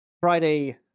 Friday